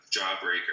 Jawbreaker